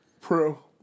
Pro